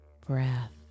breath